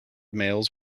males